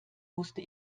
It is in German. musste